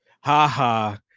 Ha-ha